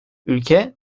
ülke